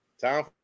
Time